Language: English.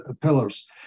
pillars